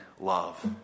love